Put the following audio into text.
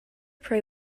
prey